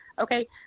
okay